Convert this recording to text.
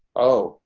oh,